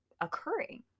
occurring